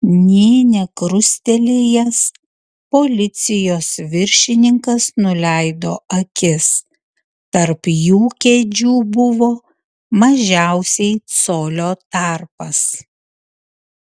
nė nekrustelėjęs policijos viršininkas nuleido akis tarp jų kėdžių buvo mažiausiai colio tarpas